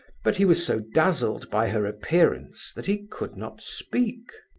but he was so dazzled by her appearance that he could not speak.